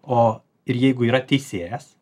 o ir jeigu yra teisėjas